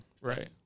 Right